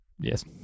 Yes